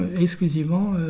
exclusivement